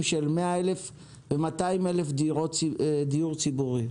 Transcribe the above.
של 200-100 אלף דירות של דיור ציבורי.